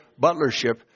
butlership